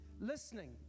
Listening